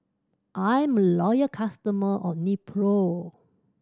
i'm a loyal customer of Nepro